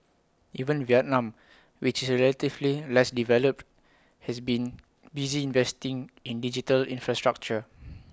even Vietnam which is relatively less developed has been busy investing in digital infrastructure